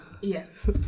Yes